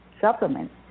supplement